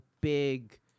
big